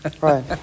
Right